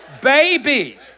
Baby